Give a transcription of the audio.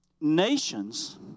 nations